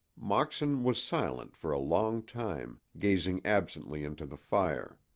moxon was silent for a long time, gazing absently into the fire.